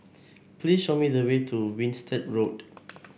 please show me the way to Winstedt Road